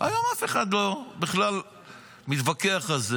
היום אף אחד בכלל לא מתווכח על זה.